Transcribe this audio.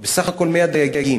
בסך הכול 100 דייגים